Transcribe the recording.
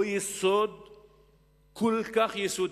או נדבך כל כך יסודי,